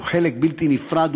הוא חלק בלתי נפרד,